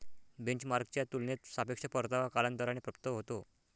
बेंचमार्कच्या तुलनेत सापेक्ष परतावा कालांतराने प्राप्त होतो